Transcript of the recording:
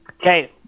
Okay